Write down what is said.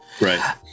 Right